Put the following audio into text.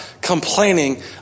complaining